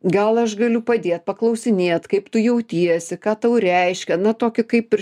gal aš galiu padėt paklausinėt kaip tu jautiesi ką tau reiškia na tokį kaip ir